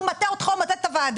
הוא מטעה אותך והוא מטעה את הוועדה.